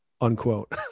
Unquote